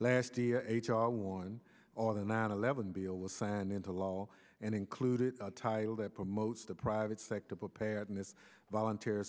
last h r one of the nine eleven bill was signed into law and included a title that promotes the private sector preparedness volunteer